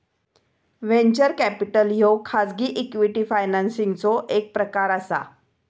venture capital ह्यो खाजगी equity फायनान्सिंगचो एक प्रकार असा